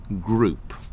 group